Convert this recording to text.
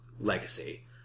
legacy